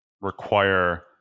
require